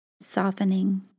softening